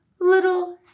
little